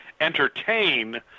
entertain